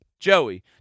Joey